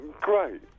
great